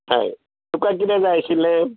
हय तुका कितें जाय आशिल्लें